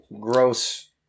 gross